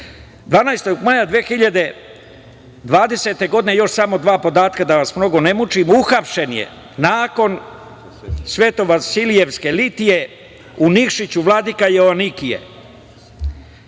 12.2020. godine, još samo dva podatka da vas ne mučim, uhapšen je nakon Svete vasilijske litije, u Nikšiću Vladika Joanikije. Tebi